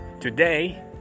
today